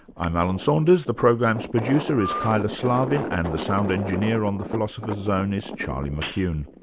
i'm alan saunders. the program's producer is kyla slaven, and the sound engineer on the philosopher's zone is charlie mccune.